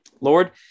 Lord